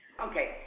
Okay